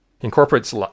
Incorporates